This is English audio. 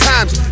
Times